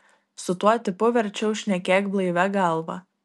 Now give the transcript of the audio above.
su tuo tipu verčiau šnekėk blaivia galva